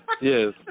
yes